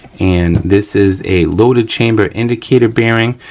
and this is a loaded chamber indicator bearing.